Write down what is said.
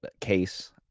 case